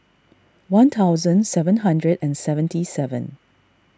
one thousand seven hundred and seventy seven